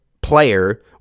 player